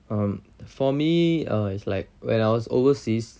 um for me uh it's like when I was overseas